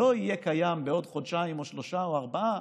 שלא יהיה קיים בעוד חודשיים או שלושה או ארבעה,